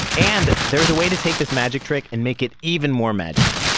and there's a way to take this magic trick and make it even more magic.